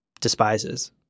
despises